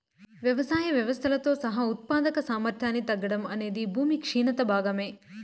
వ్యవసాయ వ్యవస్థలతో సహా ఉత్పాదక సామర్థ్యాన్ని తగ్గడం అనేది భూమి క్షీణత భాగమే